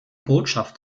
botschaft